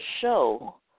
show